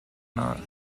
not